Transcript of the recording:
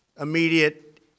immediate